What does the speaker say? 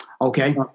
Okay